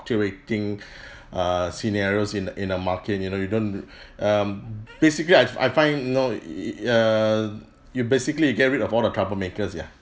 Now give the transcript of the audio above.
fluctuating err scenarios in in a market you know you don't um basically I I find no err you basically you get rid of all the troublemakers ya